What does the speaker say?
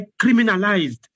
criminalized